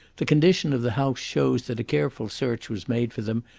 the condition of the house shows that a careful search was made for them,